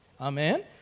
Amen